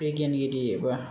बिगियानगिरि एबा